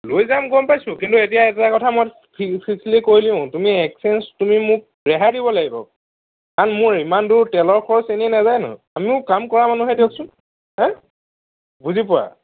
লৈ যাম গম পাইছোঁ কিন্তু এতিয়া এটা কথা মই ফিক্সলি কৈ লিওঁ তুমি একচেঞ্জ তুমি মোক ৰেহাই দিব লাগিব কাৰণ মোৰ ইমান দূৰ তেলৰ খৰচ এনে নাযায় ন আমিও কাম কৰা মানুহে দিয়কচোন হে বুজি পোৱা